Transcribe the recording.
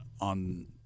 on